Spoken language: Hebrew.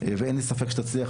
ואין לי ספק שתצליח.